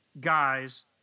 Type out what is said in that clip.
guys